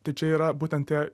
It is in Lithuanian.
tai čia yra būtent tie